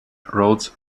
rhodes